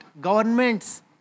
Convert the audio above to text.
governments